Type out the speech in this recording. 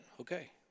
Okay